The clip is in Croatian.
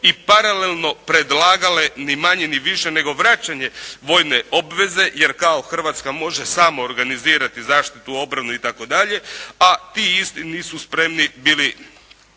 i paralelno predlagale, ni manje ni više nego vraćanje vojne obveze, jer kao Hrvatska može sama organizirati zaštitu, obranu itd., a ti isti nisu spremni bili